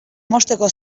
mozteko